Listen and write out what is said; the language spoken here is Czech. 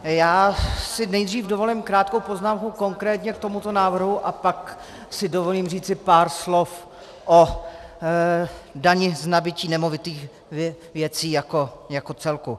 Já si nejdřív dovolím krátkou poznámku konkrétně k tomuto návrhu a pak si dovolím říci pár slov o dani z nabytí nemovitých věcí jako celku.